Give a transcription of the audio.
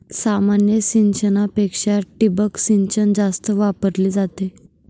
सामान्य सिंचनापेक्षा ठिबक सिंचन जास्त वापरली जाते